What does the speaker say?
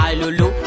Alulu